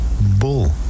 bull